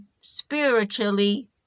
spiritually